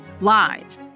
live